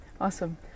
Awesome